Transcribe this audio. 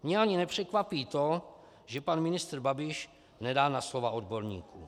Mě ani nepřekvapí to, že pan ministr Babiš nedá na slova odborníků.